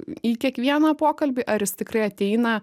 į kiekvieną pokalbį ar jis tikrai ateina